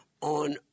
on